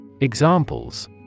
Examples